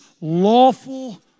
lawful